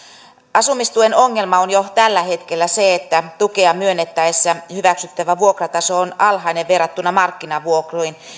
asumistuen ongelma on jo tällä hetkellä se että tukea myönnettäessä hyväksyttävä vuokrataso on alhainen verrattuna markkinavuokriin